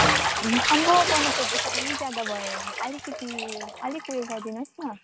हुन् आम्माहौ पन्द्र सय त साह्रै ज्यादा भयो नि अलिकिति उयो अलिक उयो गरिदिनोस् न